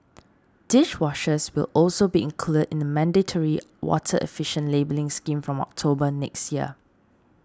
dishwashers will also be included in the mandatory water efficiency labelling scheme from October next year